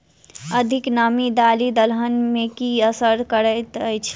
अधिक नामी दालि दलहन मे की असर करैत अछि?